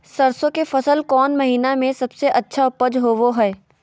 सरसों के फसल कौन महीना में सबसे अच्छा उपज होबो हय?